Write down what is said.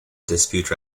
dispute